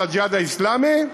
"הג'יהאד האסלאמי",